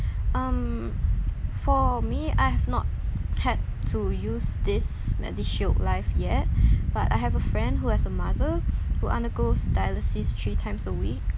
um for me I have not had to use this medishield life yet but I have a friend who has a mother who undergoes dialysis three times a week